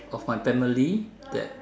of my family that